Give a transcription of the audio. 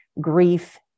grief